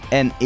en